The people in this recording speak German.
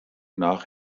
nach